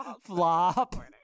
Flop